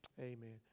Amen